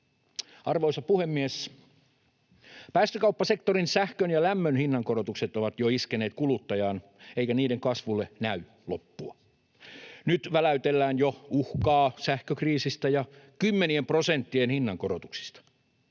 Arvoisa puhemies! Päästökauppasektorin sähkön ja lämmön hinnankorotukset ovat jo iskeneet kuluttajaan, eikä niiden kasvulle näy loppua. Nyt väläytellään jo uhkaa sähkökriisistä ja kymmenien prosenttien hinnankorotuksista.